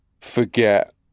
forget